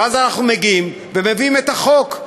ואז אנחנו מגיעים ומביאים את החוק.